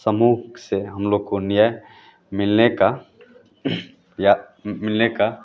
समुख से हम लोग को न्याय मिलने का या मिलने की